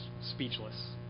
speechless